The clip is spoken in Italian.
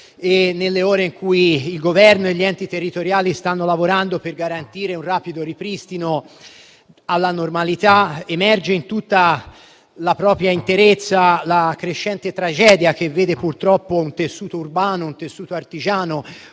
nelle ore in cui il Governo e gli enti territoriali stanno lavorando per garantire un rapido ripristino della normalità, emerge in tutta la sua interezza la crescente tragedia che vede purtroppo il tessuto urbano, artigiano